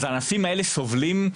אז הענפים האלה סובלים,